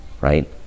right